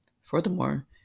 Furthermore